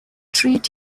treat